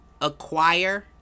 acquire